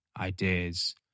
ideas